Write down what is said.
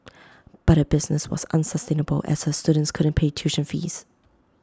but her business was unsustainable as her students couldn't pay tuition fees